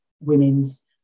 women's